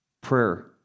prayer